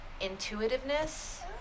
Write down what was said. intuitiveness